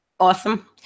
Awesome